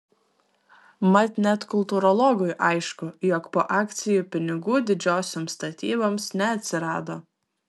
mat net kultūrologui aišku jog po akcijų pinigų didžiosioms statyboms neatsirado